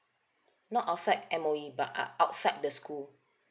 not outside M_O_E but uh outside the school